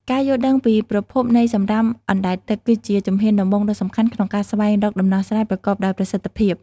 ការយល់ដឹងពីប្រភពនៃសំរាមអណ្តែតទឹក គឺជាជំហានដំបូងដ៏សំខាន់ក្នុងការស្វែងរកដំណោះស្រាយប្រកបដោយប្រសិទ្ធភាព។